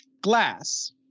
Glass